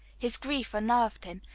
his grief unnerved him,